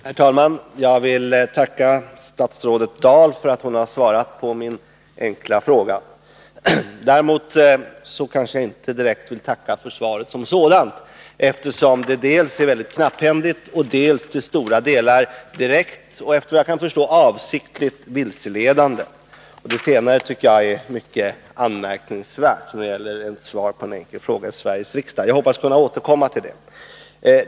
Herr talman! Jag vill tacka statsrådet Dahl för att hon har svarat på min fråga. Däremot kanske jag inte direkt vill tacka för svaret som sådant, eftersom det dels är väldigt knapphändigt, dels till stora delar är direkt och, efter vad jag kan förstå, avsiktligt vilseledande. Det senare tycker jag är mycket anmärkningsvärt, när det gäller ett svar på en fråga i Sveriges riksdag. Jag hoppas kunna återkomma till det.